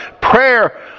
prayer